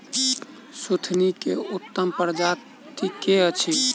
सुथनी केँ उत्तम प्रजाति केँ अछि?